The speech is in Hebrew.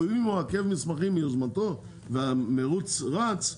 אם הוא מעכב מסמכים מיוזמתו והמרוץ רץ,